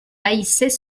haïssait